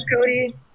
Cody